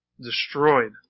destroyed